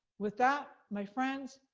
with that, my friends,